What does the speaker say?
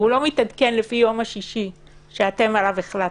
והוא לא מתעדכן לפי יום השישי שאתם עליו החלטתם.